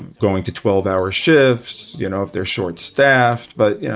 going to twelve hour shifts. you know, if they're short-staffed. but, yeah